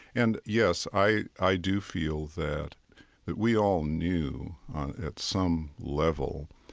and, yes, i i do feel that that we all knew at some level,